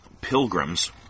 Pilgrims